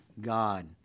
God